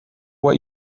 what